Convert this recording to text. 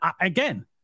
again